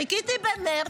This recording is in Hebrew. חיכיתי במרץ,